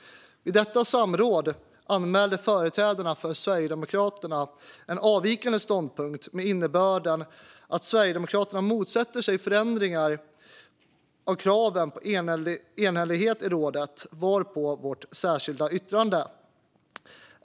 Vid detta samråd anmälde företrädarna för Sverigedemokraterna en avvikande ståndpunkt med innebörden att Sverigedemokraterna motsätter sig förändringar av kraven på enhällighet i rådet. Detta var skälet till Sverigedemokraternas särskilda yttrande.